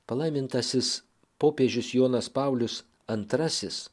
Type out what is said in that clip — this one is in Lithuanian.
palaimintasis popiežius jonas paulius antrasis